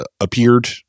appeared